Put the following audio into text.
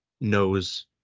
knows